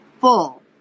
full